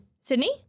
Sydney